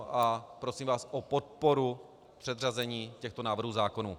A prosím vás o podporu předřazení těchto návrhů zákonů.